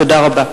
תודה רבה.